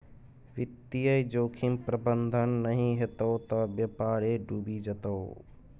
वित्तीय जोखिम प्रबंधन नहि हेतौ त बेपारे डुबि जेतौ